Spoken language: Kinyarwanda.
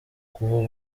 kuva